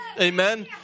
Amen